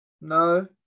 No